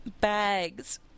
Bags